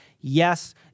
Yes